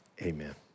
Amen